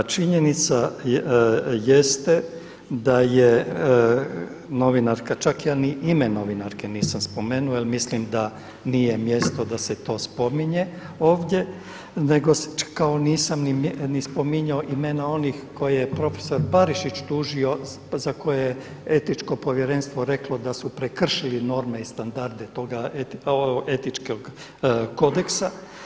Činjenica jeste da je novinarka, čak ni ime novinarke ja nisam spomenuo jer mislim da nije mjesto da se to spominje ovdje nego kao nisam ni spominjao imena onih koje je profesor Barišić tužio za koje je etičko povjerenstvo reklo da su prekršili norme i standarde tog etičkog kodeksa.